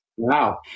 Wow